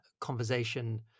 conversation